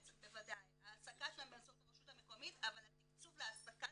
ההעסקה שלהם נעשית ברשות המקומית אבל התקצוב להעסקה